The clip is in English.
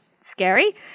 scary